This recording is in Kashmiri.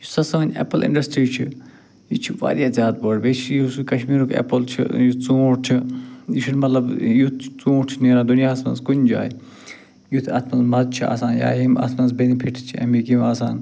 یۄس ہسا سٲنۍ ایٚپٕل انڈسٹری چھِ یہِ چھِ واریاہ زیادٕ بٔڑ بییٚہِ چھُ یُس یہِ کشمیٖرُک ایپٕل چھُ یہِ ژوٗنٹھ چھُ یہِ چھُنہِ مطلب یُتھ ژوٗنٛٹھ چھُنہٕ نیران دُنیاہَس منٛز کُنہِ جایہِ یُتھ اتھ منٛز مزٕ چھُ آسان یا یِم اتھ منٛز بیٚنِفِٹٕس چھِ امِکۍ یِم آسان